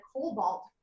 cobalt